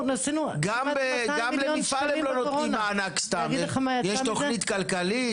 גם למפעלים לא נותנים מענק סתם: יש תכנית כלכלית,